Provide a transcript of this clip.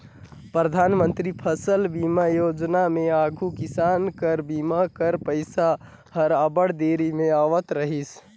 परधानमंतरी फसिल बीमा योजना में आघु किसान कर बीमा कर पइसा हर अब्बड़ देरी में आवत रहिस